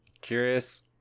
curious